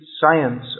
science